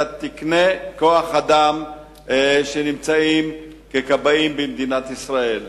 תקני כוח-האדם של מי שמשרתים ככבאים במדינת ישראל.